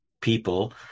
people